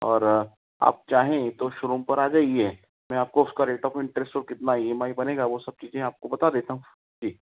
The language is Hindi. और आप चाहे तो शोरूम पर आ जाइए मैं आपको उसका रेट ऑफ एंट्रेंस कितना ई एम आई बनेगा वह सब चीज़ें आपको बता देता हूँ